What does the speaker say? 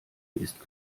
ist